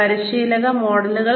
പരിശീലക മോഡലുകൾ